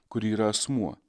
kuri yra asmuo